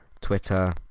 Twitter